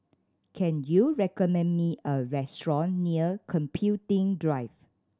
can you recommend me a restaurant near Computing Drive